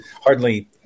hardly